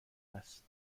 است